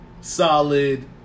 solid